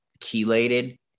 chelated